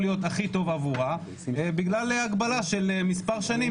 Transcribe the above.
להיות הכי טוב עבורה בגלל הגבלה של מספר שנים,